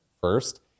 First